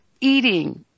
eating